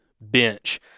bench